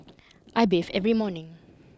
I bathe every morning